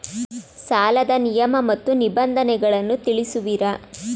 ಸಾಲದ ನಿಯಮ ಮತ್ತು ನಿಬಂಧನೆಗಳನ್ನು ತಿಳಿಸುವಿರಾ?